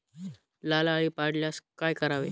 लाल अळी पडल्यास काय करावे?